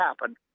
happen